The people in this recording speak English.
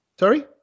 Sorry